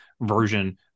version